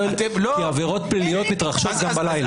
עבירות פליליות מתרחשות גם בלילה.